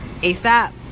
ASAP